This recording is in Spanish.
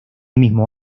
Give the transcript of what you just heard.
mismo